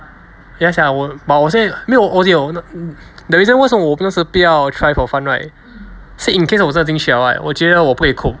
but 我现在没有 okay the reason why 我当时不要 try for fun right 是 in case 我真的进去了 right 我觉得我不会 cope